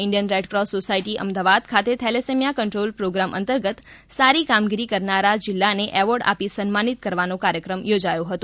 Indian red cross society Ahmedabad ખાતે thalassemia control programme અંતર્ગત સારી કામગીરી કરનારા જીલ્લાને એવોર્ડ આપી સન્માનિત કરવાનો કાર્યક્રમ યોજાયો હતો